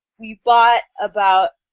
we bought about,